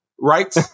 right